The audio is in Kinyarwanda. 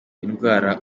indwara